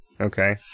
Okay